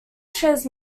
shares